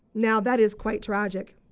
now that is quite tragic.